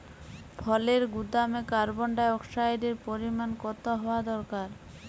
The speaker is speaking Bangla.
ফলের গুদামে কার্বন ডাই অক্সাইডের পরিমাণ কত হওয়া দরকার?